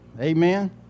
Amen